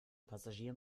passagier